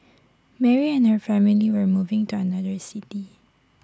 Mary and her family were moving to another city